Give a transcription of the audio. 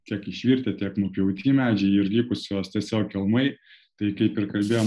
tiek išvirtę tiek nupjauti medžiai ir likusios tiesiog kelmai tai kaip ir kasdien